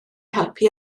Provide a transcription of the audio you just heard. helpu